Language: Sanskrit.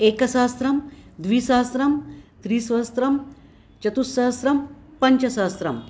एकसहस्रं द्विसहस्रं त्रिसहस्रं चतुस्सहस्रं पञ्चसहस्रम्